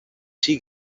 she